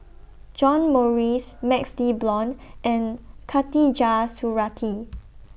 John Morrice MaxLe Blond and Khatijah Surattee